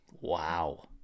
Wow